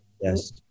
Yes